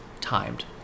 timed